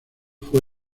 fue